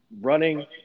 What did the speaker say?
running